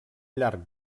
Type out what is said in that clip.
llarg